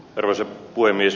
arvoisa puhemies